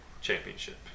championship